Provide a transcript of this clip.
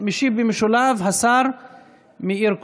משיב במשולב השר מאיר כהן,